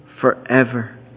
forever